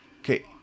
Okay